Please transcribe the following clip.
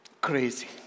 Crazy